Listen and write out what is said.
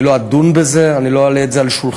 אני לא אדון בזה, אני לא אעלה את זה על שולחני.